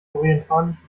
orientalische